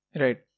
Right